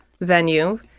venue